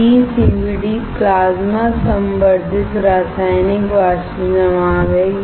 PECVD plasma संवर्धित रासायनिक वाष्प जमाव है